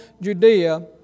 Judea